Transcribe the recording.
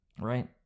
right